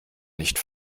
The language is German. nicht